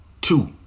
Two